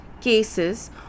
cases